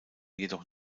jedoch